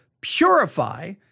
purify